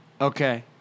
Okay